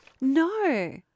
No